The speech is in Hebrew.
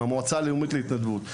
המועצה הלאומית להתנדבות,